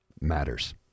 matters